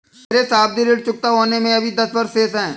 मेरे सावधि ऋण चुकता होने में अभी दस वर्ष शेष है